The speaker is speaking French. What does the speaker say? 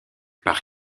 par